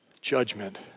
Judgment